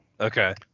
Okay